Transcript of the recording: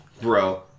bro